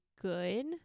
good